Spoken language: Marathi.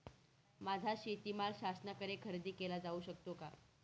माझा शेतीमाल शासनाकडे खरेदी केला जाऊ शकतो का?